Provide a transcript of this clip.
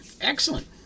Excellent